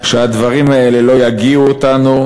שהדברים האלה לא יוגיעו אותנו,